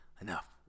enough